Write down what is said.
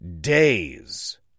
days